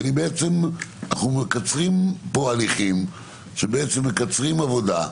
כי אנחנו מקצרים פה הליכים שמקצרים עבודה,